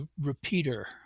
repeater